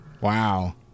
wow